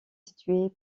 situé